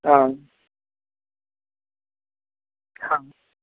हँ हँ